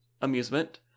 amusement